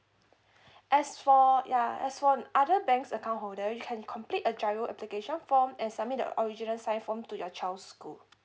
as for yeah as for other banks account holder you can complete a giro application form and submit the original size form to your child school